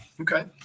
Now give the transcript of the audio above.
okay